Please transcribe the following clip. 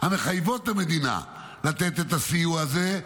הוראות המחייבות את המדינה לתת את הסיוע הזה,